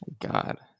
God